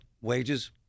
wages